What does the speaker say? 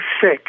sick